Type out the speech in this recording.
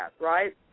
right